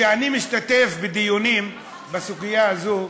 כשאני משתתף בדיונים בסוגיה הזאת,